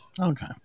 Okay